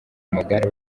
amagare